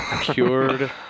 cured